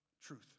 truth